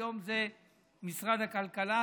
היום זה משרד הכלכלה,